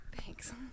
Thanks